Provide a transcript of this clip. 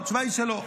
התשובה היא שלא.